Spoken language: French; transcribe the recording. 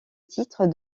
titre